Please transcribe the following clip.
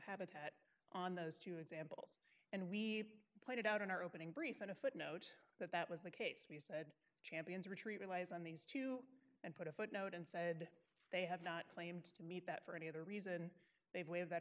habitat on those to exist and we pointed out in our opening brief in a footnote that that was the case we said champions retreat relies on these two and put a footnote in said they have not claimed to meet that for any other reason they have we have that